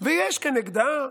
ויש כנגדה,